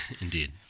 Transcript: Indeed